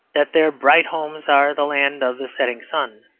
that their bright homes are the land of the settin' sun,